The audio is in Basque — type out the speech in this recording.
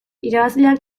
irabazleak